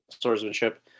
swordsmanship